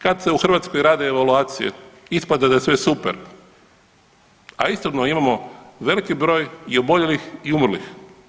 Kad se u Hrvatskoj rade evaluacije ispada da je sve super, a istovremeno imamo veliki broj i oboljelih i umrlih.